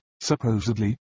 Supposedly